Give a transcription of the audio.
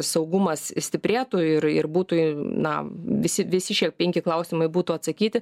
saugumas stiprėtų ir ir būtų na visi visi šie penki klausimai būtų atsakyti